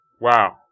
Wow